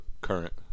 current